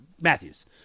Matthews